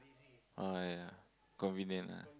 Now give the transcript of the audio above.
oh ya convenient ah